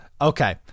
Okay